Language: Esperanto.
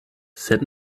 sed